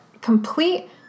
complete